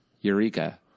eureka